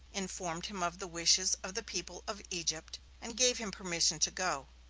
informed him of the wishes of the people of egypt, and gave him permission to go.